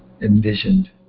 envisioned